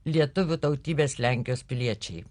lietuvių tautybės lenkijos piliečiai